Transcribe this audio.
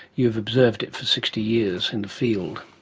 you've observed it for sixty years in the field,